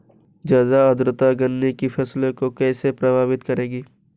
ज़्यादा आर्द्रता गन्ने की फसल को कैसे प्रभावित करेगी?